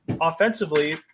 Offensively